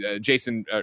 Jason